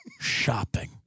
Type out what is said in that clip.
shopping